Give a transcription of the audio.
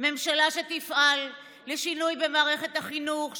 ממשלה שתפעל לשינוי במערכת החינוך,